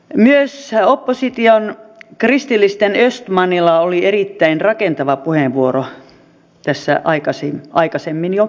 myös opposition kristillisten östmanilla oli erittäin rakentava puheenvuoro tässä aikaisemmin jo